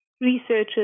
researchers